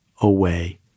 away